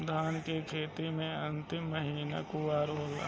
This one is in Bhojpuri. धान के खेती मे अन्तिम महीना कुवार होला?